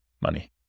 money